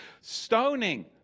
Stoning